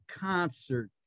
concert